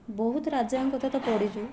ବହୁତ ରାଜାଙ୍କ କଥା ତ ପଢ଼ିଛୁ